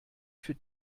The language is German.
für